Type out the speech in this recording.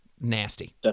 Nasty